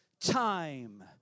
Time